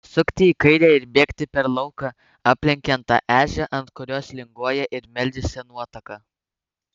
sukti į kairę ir bėgti per lauką aplenkiant tą ežią ant kurios linguoja ir meldžiasi nuotaka